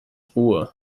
ruhe